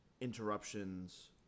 interruptions